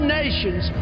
nations